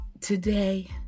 today